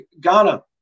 Ghana